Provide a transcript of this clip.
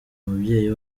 mubyeyi